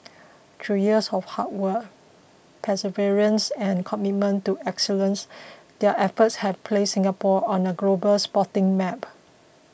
through years of hard work perseverance and commitment to excellence their efforts have placed Singapore on the global sporting map